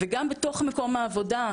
וגם בתוך מקום העבודה,